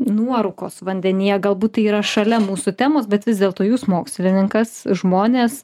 nuorūkos vandenyje galbūt tai yra šalia mūsų temos bet vis dėlto jūs mokslininkas žmonės